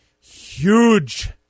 huge